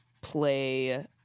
play –